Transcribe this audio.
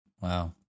Wow